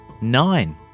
nine